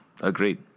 agreed